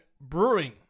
brewing